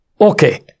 Okay